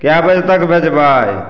कै बजे तक भेजबै